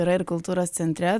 yra ir kultūros centre